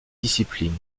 discipline